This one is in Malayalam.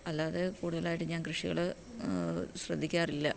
അല്ലാതെ കൂടുതലായിട്ട് ഞാൻ കൃഷികൾ ശ്രദ്ധിക്കാറില്ല